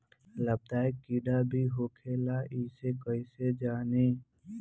लाभदायक कीड़ा भी होखेला इसे कईसे जानी?